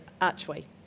archway